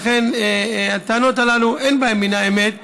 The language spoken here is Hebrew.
לכן, הטענות הללו, אין בהן מן האמת.